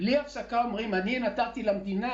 "אני נתתי למדינה,